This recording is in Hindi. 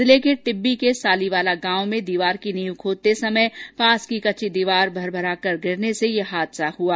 जिले के टिब्बी के सालीवाला गांव में दीवार की नींव खोदते समय पास की कच्ची दीवार भरभराकर गिरने से यह हादसा हुआ